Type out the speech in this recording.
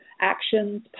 actions